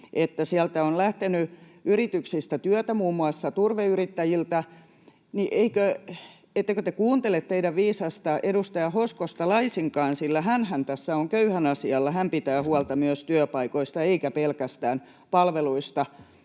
yrityksistä on lähtenyt työtä, muun muassa turveyrittäjiltä. Ettekö te kuuntele teidän viisasta edustaja Hoskosta laisinkaan? Nimittäin hänhän tässä on köyhän asialla. Hän pitää huolta myös työpaikoista, eikä pelkästään palveluista,